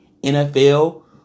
NFL